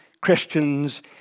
Christians